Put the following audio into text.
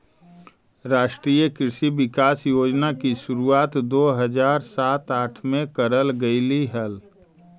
राष्ट्रीय कृषि विकास योजना की शुरुआत दो हज़ार सात आठ में करल गेलइ हल